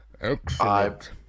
Excellent